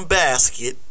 basket